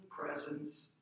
presence